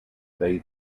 they